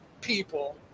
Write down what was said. people